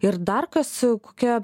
ir dar kas kokia